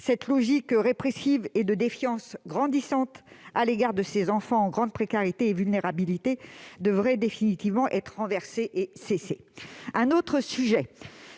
Cette logique répressive et de défiance grandissante à l'égard de ces enfants en grande précarité et vulnérabilité doit être définitivement renversée. Elle doit cesser. Le sujet